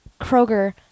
Kroger